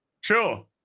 sure